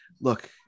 look